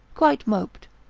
quite moped,